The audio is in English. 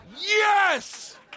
Yes